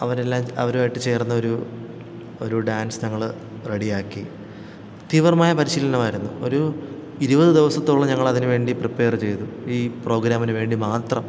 അവരെല്ലാം അവരുമായിട്ടു ചേർന്നൊരു ഒരു ഡാൻസ് ഞങ്ങൾ റെഡിയാക്കി തീവ്രമായ പരിശീലനമായിരുന്നു ഒരു ഇരുപത് ദിവസത്തോളം ഞങ്ങൾ അതിനു വേണ്ടി പ്രിപ്പയർ ചെയ്തു ഈ പ്രോഗ്രാമിനു വേണ്ടി മാത്രം